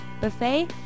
buffet